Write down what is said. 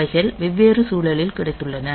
அவைகள் வெவ்வேறு சூழலில் கிடைத்துள்ளன